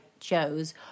shows